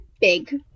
big